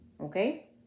Okay